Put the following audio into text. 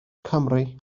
cymry